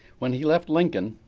when he left lincoln,